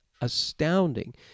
astounding